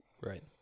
Right